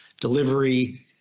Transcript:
Delivery